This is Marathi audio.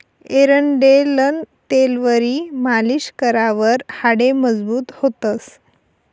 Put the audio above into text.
एरंडेलनं तेलवरी मालीश करावर हाडे मजबूत व्हतंस